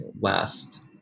last